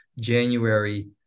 January